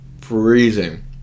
freezing